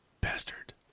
Bastard